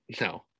No